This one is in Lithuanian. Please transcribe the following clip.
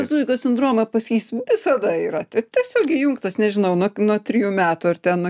zuikio sindromą pas jį jis visada yra tiesiog įjungtas nežinau nuo nuo trejų metų ar ten nuo